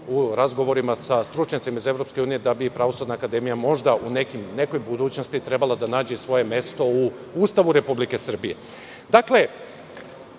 U razgovorima sa stručnjacima iz EU mi čak čujemo da bi Pravosudna akademija možda, u nekoj budućnosti, trebala da nađe svoje mesto u Ustavu Republike Srbije. Da